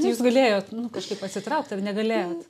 jūs galėjot nu kažkaip atsitraukti ar negalėjot